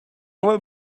will